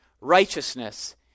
righteousness